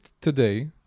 today